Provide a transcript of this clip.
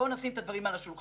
בואו נשים את הדברים על השולחן.